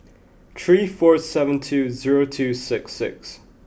three four seven two zero two six six